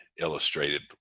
illustrated